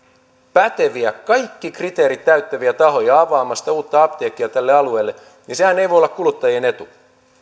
päteviä kaikki kriteerit täyttäviä tahoja avaamasta uutta apteekkia tälle alueelle niin sehän ei voi olla kuluttajien etu